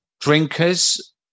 drinkers